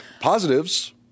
Positives